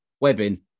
webbing